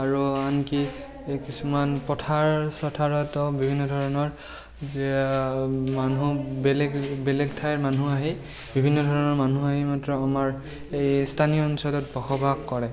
আৰু আনকি কিছুমান পথাৰ চথাৰতো বিভিন্ন ধৰণৰ মানুহ বেলেগ বেলেগ ঠাইৰ মানুহ আহি বিভিন্ন ধৰণৰ মানুহ আহি মাত্ৰ আমাৰ এই স্থানীয় অঞ্চলত বসবাস কৰে